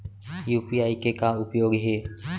UPI के का उपयोग हे?